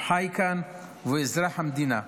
הוא חי כאן והוא אזרח המדינה.